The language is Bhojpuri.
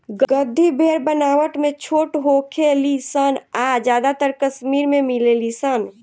गद्दी भेड़ बनावट में छोट होखे ली सन आ ज्यादातर कश्मीर में मिलेली सन